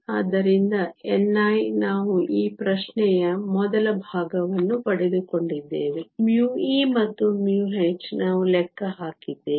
ಆದ್ದರಿಂದ ni ನಾವು ಈ ಪ್ರಶ್ನೆಯ ಮೊದಲ ಭಾಗವನ್ನು ಪಡೆದುಕೊಂಡಿದ್ದೇವೆ μe ಮತ್ತು μh ನಾವು ಲೆಕ್ಕ ಹಾಕಿದ್ದೇವೆ